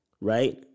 right